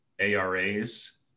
ARAs